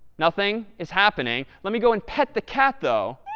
nothing is happening. let me go and pet the cat, though.